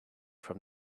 from